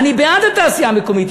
אני בעד התעשייה המקומית.